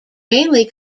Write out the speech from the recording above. mainly